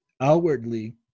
outwardly